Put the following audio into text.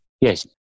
yes